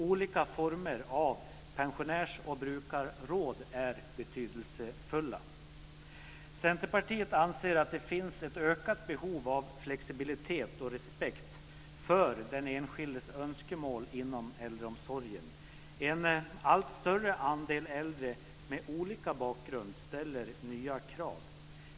Olika former av pensionärs och brukarråd är betydelsefulla. Centerpartiet anser att det finns ett ökat behov av flexibilitet och respekt för den enskildes önskemål inom äldreomsorgen. En allt större andel äldre med olika bakgrund ställer nya krav.